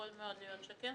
יכול מאוד להיות שכן,